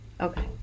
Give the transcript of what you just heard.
Okay